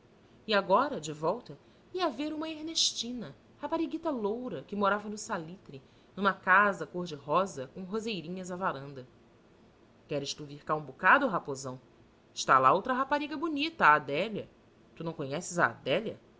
e agora de volta ia ver uma ernestina rapariguita loura que morava no salitre numa casa cor derosa com roseirinhas à varanda queres tu vir cá um bocado o raposão está lá outra rapariga bonita a adélia tu não conheces a adélia